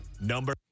Number